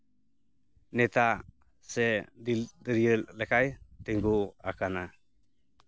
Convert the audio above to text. ᱱᱮᱛᱟ ᱥᱮ ᱫᱤᱞᱜᱟᱹᱨᱭᱟᱹ ᱞᱮᱠᱟᱭ ᱛᱤᱸᱜᱩ ᱟᱠᱟᱱᱟ